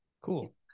cool